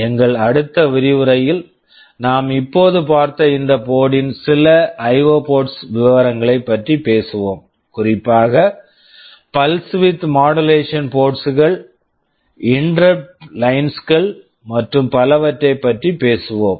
எங்கள் அடுத்த விரிவுரையில் நாம் இப்போது பார்த்த இந்த போர்ட்டு board ன் சில ஐஓ போர்ட் IO port விவரங்களைப் பற்றி பேசுவோம் குறிப்பாக pulse width modulation ports pulse width modulation ports கள் இன்டெர்ரப்ட் லைன்ஸ் interrupt lines கள் மற்றும் பலவற்றைப் பற்றி பேசுவோம்